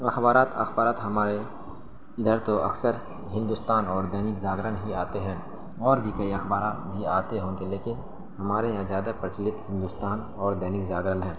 اخبارات اخبارات ہمارے ادھر تو اکثر ہندوستان اور دینک جاگرن ہی آتے ہیں اور بھی کئی اخبارات بھی آتے ہوں گے لیکن ہمارے یہاں زیادہ پرچلت ہندوستان اور دینک جاگرن ہے